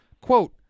quote